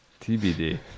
TBD